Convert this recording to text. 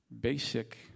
basic